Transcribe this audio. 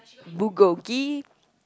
Bulgogi